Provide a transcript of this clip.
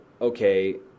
okay